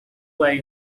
way